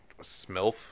Smilf